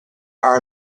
are